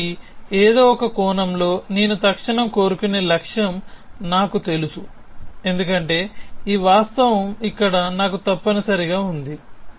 కాబట్టి ఏదో ఒక కోణంలో నేను తక్షణం కోరుకునే లక్ష్యం నాకు తెలుసు ఎందుకంటే ఈ వాస్తవం ఇక్కడ నాకు తప్పనిసరిగా ఉంది